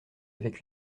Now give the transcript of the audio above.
avec